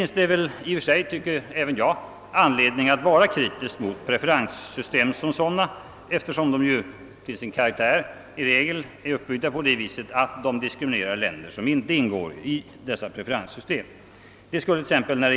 Naturligtvis finner även jag anledning att vara kritisk mot preferenssystem som sådana, eftersom de i regel är uppbyggda på det viset att de diskriminerar länder som inte ingår i systemet.